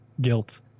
guilt